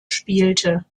spielte